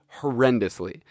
horrendously